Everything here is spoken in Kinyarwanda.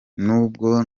nubwo